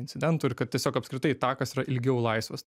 incidentų ir kad tiesiog apskritai takas yra ilgiau laisvas